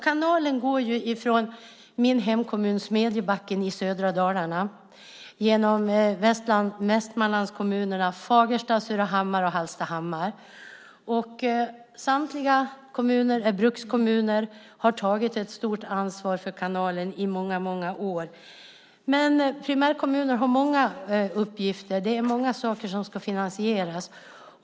Kanalen går från min hemkommun Smedjebacken i södra Dalarna genom Västmanlandskommunerna Fagersta, Surahammar och Hallstahammar. Samtliga kommuner, som är brukskommuner, har tagit ett stort ansvar för kanalen i många år. Men primärkommuner har många uppgifter. Det är många saker som ska finansieras.